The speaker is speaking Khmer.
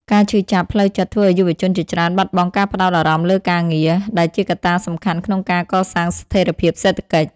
ការឈឺចាប់ផ្លូវចិត្តធ្វើឱ្យយុវជនជាច្រើនបាត់បង់ការផ្តោតអារម្មណ៍លើការងារ ដែលជាកត្តាសំខាន់ក្នុងការកសាងស្ថិរភាពសេដ្ឋកិច្ច។